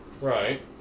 Right